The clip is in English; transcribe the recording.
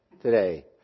today